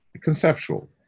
conceptual